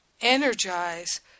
energize